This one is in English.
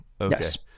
Yes